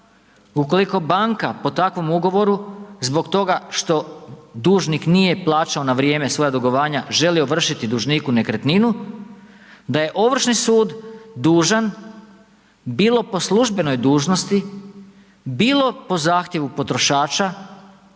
ukoliko banka po takvom ugovoru zbog toga što dužnik nije plaćao na vrijeme svoja dugovanja, želi ovršiti dužniku nekretninu, da je ovršni sud dužan bilo po službenoj dužnosti, bilo po zahtjevu potrošača